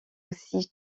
aussi